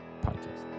Podcast